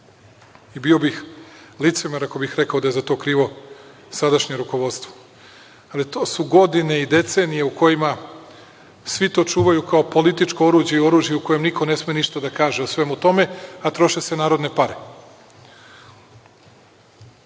Bio bih licemer ako bih rekao da je za to krivo sadašnje rukovodstvo, ali to su godine i decenije u kojima svi to čuvaju kao političku oruđe i oružje u kojem niko ne sme ništa da kaže o svemu tome, a troše se narodne